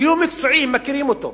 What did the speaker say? כי הוא מקצועי, מכירים אותו.